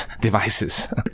devices